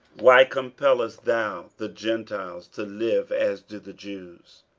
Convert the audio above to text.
why compellest thou the gentiles to live as do the jews?